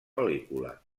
pel·lícula